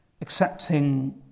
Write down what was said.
accepting